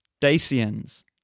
Dacians